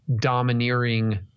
domineering